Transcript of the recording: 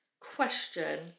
Question